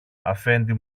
αφέντη